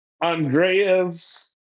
Andrea's